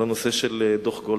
על דוח גולדסטון,